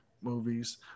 movies